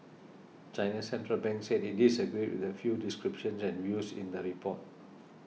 China's Central Bank said it disagreed with a few descriptions and views in the report